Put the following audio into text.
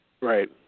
Right